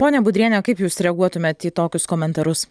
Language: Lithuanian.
ponia budriene o kaip jūs reaguotumėt į tokius komentarus